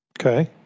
Okay